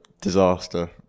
disaster